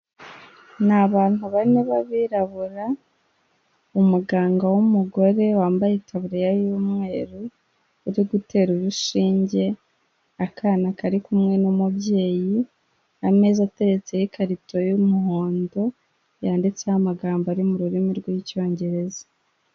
Ni abantu bane b'abirabura, umuganga w'umugore wambaye itaburiya y'umweru uri gutera urushinge akana kari kumwe n'umubyeyi, ameza ateretseho ikarito y'umuhondo yanditseho amagambo ari mu rurimi rw'icyongereza.